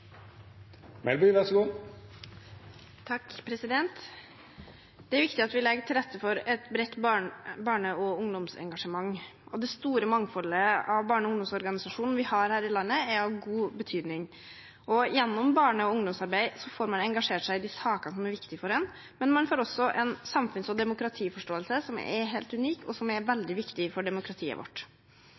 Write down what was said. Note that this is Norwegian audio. viktig at vi legger til rette for et bredt barne- og ungdomsengasjement. Det store mangfoldet av barne- og ungdomsorganisasjoner vi har her i landet, er av stor betydning. Gjennom barne- og ungdomsarbeid får man engasjert seg i de sakene som er viktige for en, men man får også en samfunns- og demokratiforståelse som er helt unik, og som er veldig viktig for demokratiet vårt.